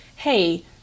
hey